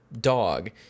dog